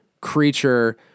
creature